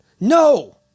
No